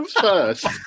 first